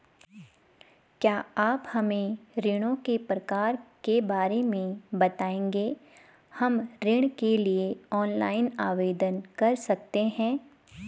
क्या आप हमें ऋणों के प्रकार के बारे में बताएँगे हम ऋण के लिए ऑनलाइन आवेदन कर सकते हैं?